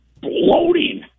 bloating